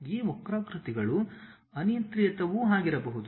ಈ ವಕ್ರಾಕೃತಿಗಳು ಅನಿಯಂತ್ರಿತವೂ ಆಗಿರಬಹುದು